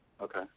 Okay